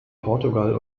portugal